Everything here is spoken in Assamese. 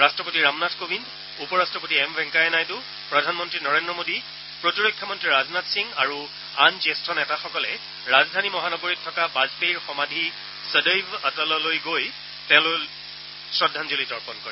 ৰট্টপতি ৰামনাথ কোৱিন্দ উপ ৰাট্টপতি এম ভেংকায়া নাইডু প্ৰধানমন্ত্ৰী নৰেন্দ্ৰ মোদী প্ৰতিৰক্ষা মন্ত্ৰী ৰাজনাথ সিং আৰু আন জ্যেষ্ঠ নেতাসকলে ৰাজধানী মহানগৰীত থকা বাজপেয়ীৰ সমাধি ছদৈৱ অটললৈ গৈ তেওঁলৈ শ্ৰদ্ধাঞ্জলি তৰ্পণ কৰে